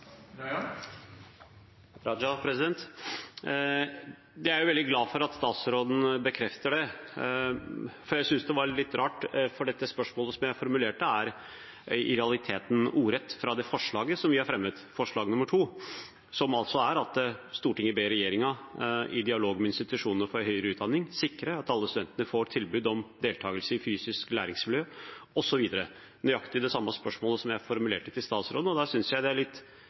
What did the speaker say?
Jeg er veldig glad for at statsråden bekrefter det, for jeg syns det var litt rart. Spørsmålet jeg formulerte, er i realiteten ordrett fra det forslaget vi har fremmet, forslag nr. 2, om at Stortinget ber regjeringen i dialog med institusjonene for høyere utdanning sikre at alle studenter får tilbud om deltakelse i fysiske læringsmiljø, osv. Det er nøyaktig det samme spørsmålet jeg formulerte til statsråden, og da syns jeg det er